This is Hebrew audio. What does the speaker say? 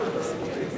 ההסתייגות של חבר הכנסת